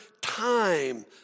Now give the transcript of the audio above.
time